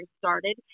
started